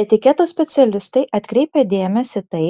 etiketo specialistai atkreipia dėmesį tai